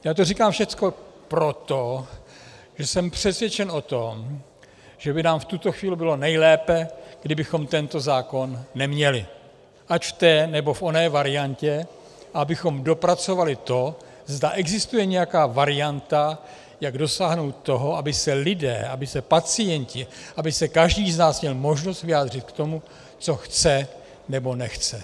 Já to říkám všecko proto, že jsem přesvědčen o tom, že by nám v tuto chvíli bylo nejlépe, kdybychom tento zákon neměli, ať v té, nebo oné variantě, a abychom dopracovali to, zda existuje nějaká varianta, jak dosáhnout toho, aby se lidé, aby se pacienti, aby se každý z nás měl možnost vyjádřit k tomu, co chce, nebo nechce.